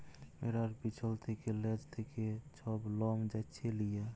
ভেড়ার পিছল থ্যাকে লেজ থ্যাকে ছব লম চাঁছে লিয়া